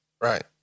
right